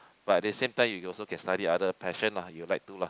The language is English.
but at the same time you also can study other passion lah you like to lah